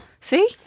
See